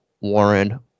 Warren